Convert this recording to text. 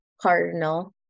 Cardinal